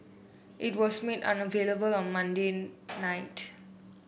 it was made unavailable on Monday night